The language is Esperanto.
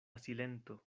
silento